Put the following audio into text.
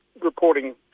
reporting